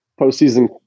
Postseason